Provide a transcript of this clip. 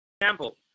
example